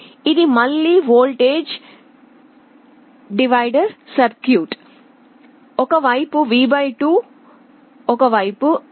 ఇది మళ్ళీ voltage divider circuit ఒక వైపు V 2 ఒక వైపు ఎర్త్